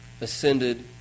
ascended